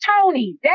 Tony